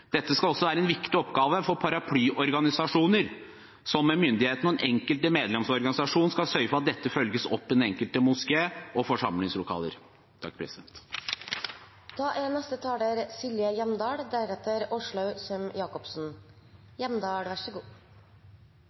Dette skal også være en viktig oppgave for paraplyorganisasjoner, som med myndighetene og den enkelte medlemsorganisasjon skal sørge for at dette følges opp i den enkelte moské og i forsamlingslokaler.